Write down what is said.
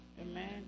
Amen